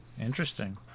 Interesting